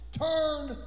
turn